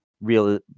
real